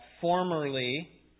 formerly